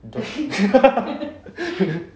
doc~